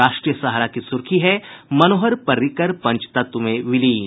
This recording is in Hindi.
राष्ट्रीय सहारा की सुर्खी है मनोहर पर्रिकर पंचतत्व में विलीन